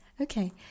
okay